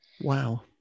Wow